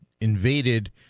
invaded